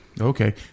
okay